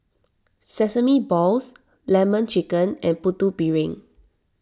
Sesame Balls Lemon Chicken and Putu Piring